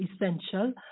Essential